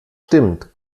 stimmt